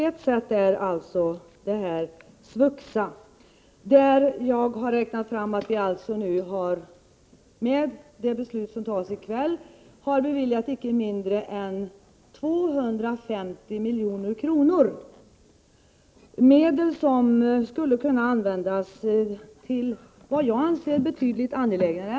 Ett sätt är alltså Jag har räknat fram att vi, med det beslut som fattas i kväll, har beviljat icke mindre än 250 milj.kr. i studiestöd, medel som enligt min mening skulle kunna användas för ändamål som är betydligt angelägnare.